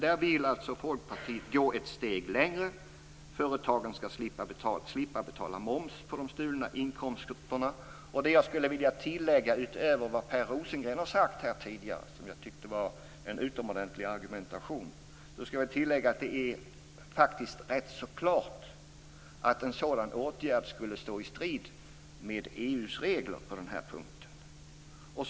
Där vill Folkpartiet gå ett steg längre. Företagen skall slippa betala moms på de stulna inkomsterna. Det jag skulle vilja tillägga utöver vad Per Rosengren har sagt här tidigare, som jag tyckte var en utomordentlig argumentation, är att det är rätt så klart att en sådan åtgärd skulle stå i strid med EU:s regler på den här punkten.